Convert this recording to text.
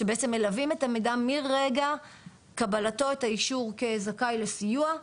שבעצם מלווים את המדען מרגע קבלתו את האישור כזכאי לסיוע,